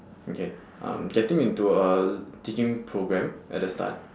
okay um getting into a teaching program at the start